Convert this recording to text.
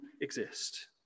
exist